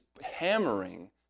hammering